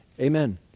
amen